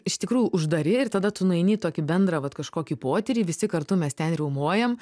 iš tikrųjų uždari ir tada tu nueini į tokį bendrą vat kažkokį potyrį visi kartu mes ten jau riaumojam